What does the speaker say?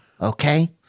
Okay